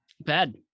Bad